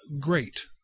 great